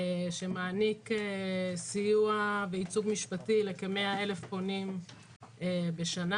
שמעניק סיוע וייצוג משפטי לכ-100,000 פונים בשנה.